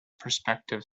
prospective